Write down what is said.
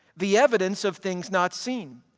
the evidence of things not seen.